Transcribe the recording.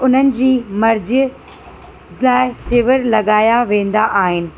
उन्हनि जी मर्ज़ लाइ शिविर लॻाया वेंदा आहिनि